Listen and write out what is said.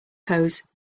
pose